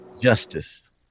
justice